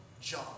John